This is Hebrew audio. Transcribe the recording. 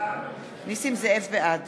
בעד